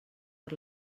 per